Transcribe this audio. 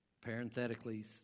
Parenthetically